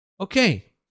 Okay